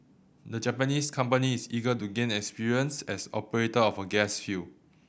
the Japanese company is eager to gain experience as operator of a gas field